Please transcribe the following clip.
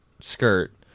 skirt